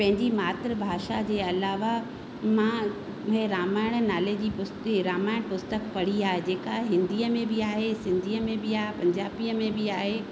पंहिंजी मात्र भाषा जे अलावा मां हे रामायण नाले जी पुस्ती रामायण पुस्तक पढ़ी आहे जेका हिंदीअ में बि आहे सिंधीअ में बि आहे पंजाबीअ में बि आहे